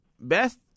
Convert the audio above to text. Beth